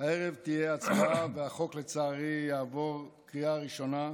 תהיה הצבעה והחוק לצערי יעבור בקריאה ראשונה.